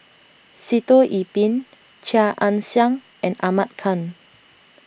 Sitoh Yih Pin Chia Ann Siang and Ahmad Khan